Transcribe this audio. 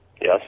Yes